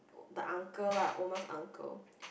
the uncle lah Omar's uncle